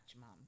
mom